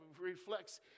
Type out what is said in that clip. reflects